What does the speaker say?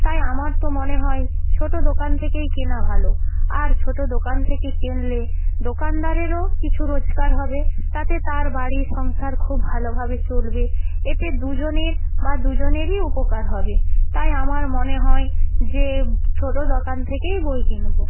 তাই আমার তো মনে হয় ছোটো দোকান থেকেই কেনা ভালো আর ছোটো দোকান থেকে কেনলে দোকানদারেরও কিছু রোজগার হবে তাতে তার বাড়ি সংসার খুব ভালোভাবে চলবে এতে দুজনের বা দুজনেরই উপকার হবে তাই আমার মনে হয় যে ছোটো দোকান থেকেই বই কিনবো